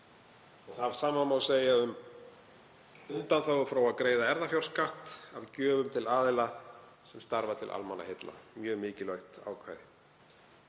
Það sama má segja um undanþágur frá því að greiða erfðafjárskatt af gjöfum til aðila sem starfa til almannaheilla. Mjög mikilvægt ákvæði.